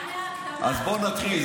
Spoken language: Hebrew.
אז בוא נתחיל.